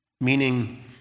meaning